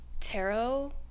tarot